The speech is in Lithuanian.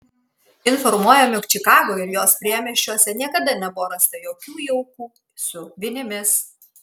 informuojama jog čikagoje ir jos priemiesčiuose niekada nebuvo rasta jokių jaukų su vinimis